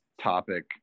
topic